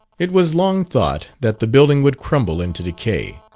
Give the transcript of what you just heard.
it was long thought that the building would crumble into decay,